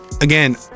again